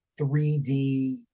3D